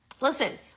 listen